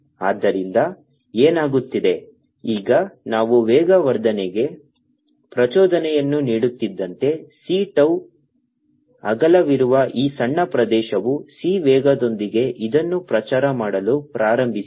ಆದ್ದರಿಂದ ಏನಾಗುತ್ತಿದೆ ಈಗ ನಾವು ವೇಗವರ್ಧನೆಗೆ ಪ್ರಚೋದನೆಯನ್ನು ನೀಡುತ್ತಿದ್ದಂತೆ c tau ಅಗಲವಿರುವ ಈ ಸಣ್ಣ ಪ್ರದೇಶವು c ವೇಗದೊಂದಿಗೆ ಇದನ್ನು ಪ್ರಚಾರ ಮಾಡಲು ಪ್ರಾರಂಭಿಸಿದೆ